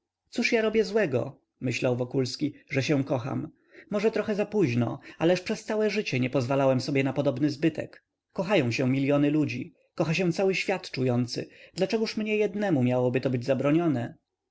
cóż ja robię złego myślał wokulski że się kocham może trochę zapóźno ależ przez całe życie nie pozwalałem sobie na podobny zbytek kochają się miliony ludzi kocha się cały świat czujący dlaczegóż mnie jednemu miałoby to być zabronione